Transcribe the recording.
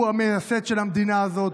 הוא המייסד של המדינה הזאת,